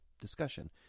discussion